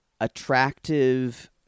attractive